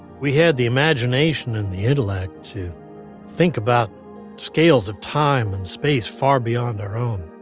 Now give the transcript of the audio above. we had the imagination and the intellect to think about scales of time and space far beyond our own